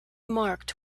marked